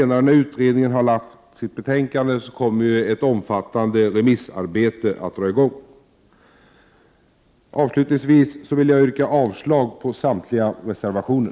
När utredningen lämnat sitt betänkande kommer ett omfattande remissarbete att dra i gång. Avslutningsvis vill jag yrka avslag på samtliga reservationer.